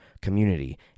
community